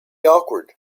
awkward